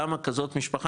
למה כזאת משפחה,